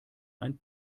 ein